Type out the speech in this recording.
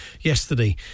yesterday